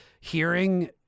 hearing